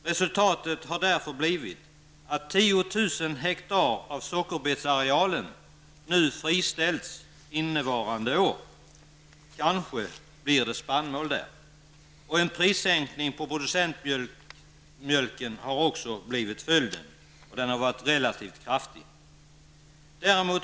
Resultatet har därför blivit att 10 000 hektar av sockerbetsarealen nu friställs under innevarande år. Kanske kommer man i stället att odla spannmål där. En annan följd har blivit en prissänkning på producentmjölken, en prissänkning som har varit relativt kraftig.